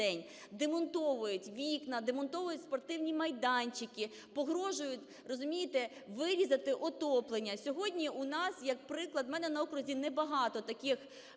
день демонтують вікна, демонтують спортивні майданчики, погрожують, розумієте, вирізати отоплення. Сьогодні у нас, як приклад, у мене на окрузі не багато таких